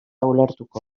ulertuko